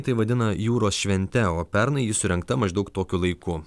tai vadina jūros švente o pernai ji surengta maždaug tokiu laiku